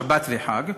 שבת וחג,